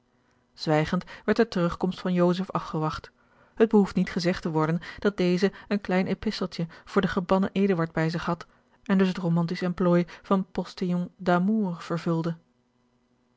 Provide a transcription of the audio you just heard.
zwijgend werd de terugkomst van joseph afgewacht het behoeft niet gezegd te worden dat deze een klein episteltje voor den gebannen eduard bij zich had en dus het romantisch emplooi van postillon d'amour vervulde